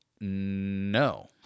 no